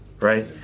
right